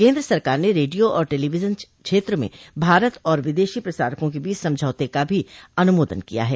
केन्द्र सरकार ने रेडियो और टेलीविजन क्षेत्र में भारत और विदेशी प्रसारकों के बीच समझौते का भी अनुमोदन किया है